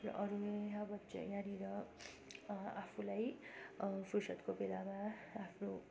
र अरू यहाँनेर आफूलाई फुर्सदको बेलामा आफ्नो